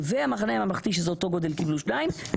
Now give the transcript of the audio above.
המחנה הממלכתי קיבלו שניים,